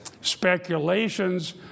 Speculations